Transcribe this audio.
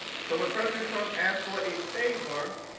so when president trump asked for a favor